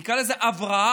נקרא לזה הבראה,